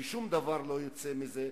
ושום דבר לא יוצא מזה.